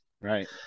Right